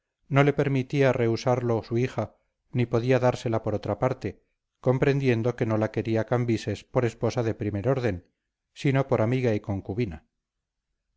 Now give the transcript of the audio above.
no le permitía rehusarlo su hija ni podía dársela por otra parte comprendiendo que no la quería cambises por esposa de primer orden sino por amiga y concubina